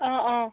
অ অ